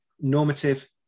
normative